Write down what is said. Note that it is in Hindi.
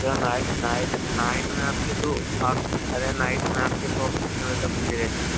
सर नाइट नाइट में आपकी अरे नाइट में आपकी सॉप कितने बजे तक खुली रहती है